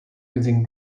using